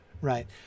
right